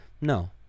no